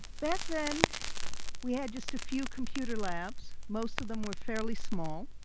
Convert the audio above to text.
back then we had just a few computer labs. most of them were fairly small.